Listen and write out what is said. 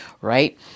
right